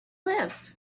live